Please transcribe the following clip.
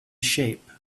shape